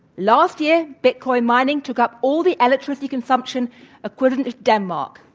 last year, bitcoin mining took up all the electricity consumption equivalent to denmark.